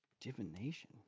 Divination